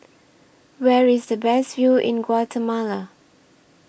Where IS The Best View in Guatemala